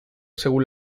según